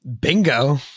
Bingo